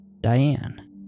Diane